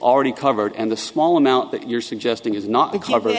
already covered and the small amount that you're suggesting is not a cover